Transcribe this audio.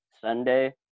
Sunday